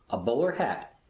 a bowler hat,